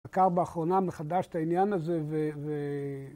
עקר באחרונה מחדש את העניין הזה